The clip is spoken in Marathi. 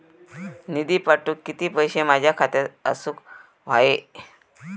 निधी पाठवुक किती पैशे माझ्या खात्यात असुक व्हाये?